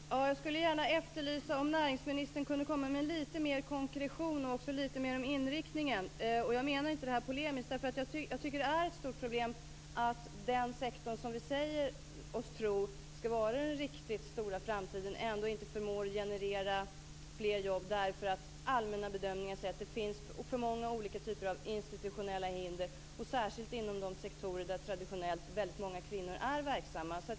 Herr talman! Jag skulle gärna vilja att näringsministern kunde ge detta lite mer konkretion. Jag skulle också vilja höra lite mer om inriktningen, och detta är inte polemiskt menat. Jag tycker att det är ett stort problem att den sektor som vi tror skall vara den riktigt stora i framtiden, ändå inte förmår generera fler jobb därför att allmänna bedömningar säger att det finns för många olika typer av institutionella hinder, särskilt inom de sektorer där traditionellt väldigt många kvinnor är verksamma.